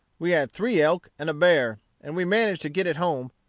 we had three elk, and a bear and we managed to git it home,